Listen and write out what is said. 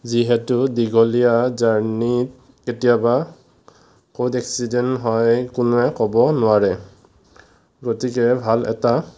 যিহেতু দীঘলীয়া জাৰ্ণিত কেতিয়াবা ক'ত এক্সিডেণ্ট হয় কোনোৱে ক'ব নোৱাৰে গতিকে ভাল এটা